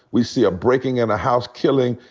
we see a breaking in a house killing.